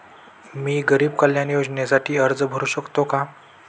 मी गरीब कल्याण योजनेसाठी अर्ज भरू शकतो का?